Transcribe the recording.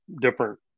different